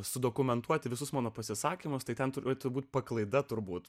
su dokumentuoti visus mano pasisakymus tai ten turėtų būti paklaida turbūt